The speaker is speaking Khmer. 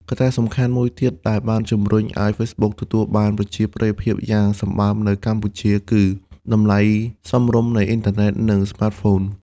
កត្តាសំខាន់មួយទៀតដែលបានជំរុញឲ្យ Facebook ទទួលបានប្រជាប្រិយភាពយ៉ាងសម្បើមនៅកម្ពុជា គឺ តម្លៃសមរម្យនៃអ៊ីនធឺណិត និងស្មាតហ្វូន។